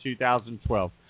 2012